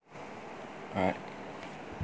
alright